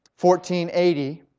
1480